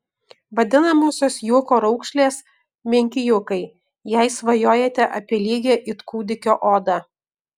vadinamosios juoko raukšlės menki juokai jei svajojate apie lygią it kūdikio odą